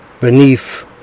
beneath